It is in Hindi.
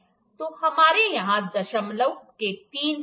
तो हमारे यहाँ दशमलव के तीन स्थान हैं